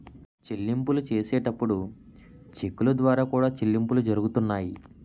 చెల్లింపులు చేసేటప్పుడు చెక్కుల ద్వారా కూడా చెల్లింపులు జరుగుతున్నాయి